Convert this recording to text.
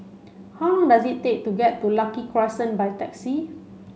how long does it take to get to Lucky Crescent by taxi